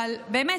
אבל באמת,